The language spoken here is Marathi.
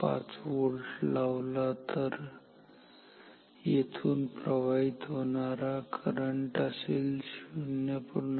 5 व्होल्ट लावला तर येथून जर प्रवाहित होणारा करंट असेल 0